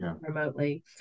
remotely